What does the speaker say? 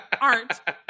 art